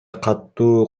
катуу